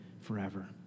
forever